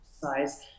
size